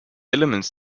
elements